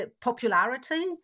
popularity